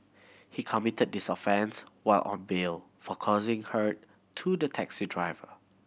he committed this offence while on bail for causing hurt to the taxi driver